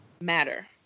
matter